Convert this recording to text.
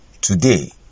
today